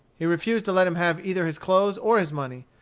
he refused to let him have either his clothes or his money,